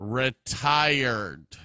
retired